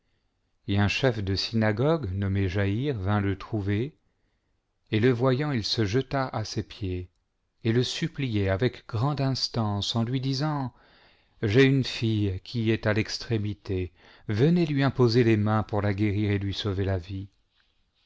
et un chef de synagogue nommé jaïre vint le trouver et le voyant il se jeta a ses pieds et le suppliait avec grande instance en lui disant j'ai une fille qui est à l'extrémité venez lui imposer les mains pour la guérir et lui sauver la vie